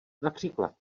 například